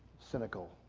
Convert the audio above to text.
cynical